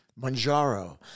Manjaro